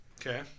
Okay